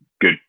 good